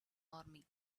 army